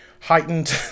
heightened